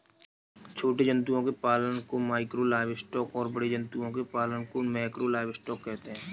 छोटे जंतुओं के पालन को माइक्रो लाइवस्टॉक और बड़े जंतुओं के पालन को मैकरो लाइवस्टॉक कहते है